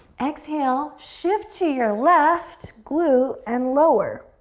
exhale, shift to your left glute and lower.